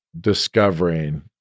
discovering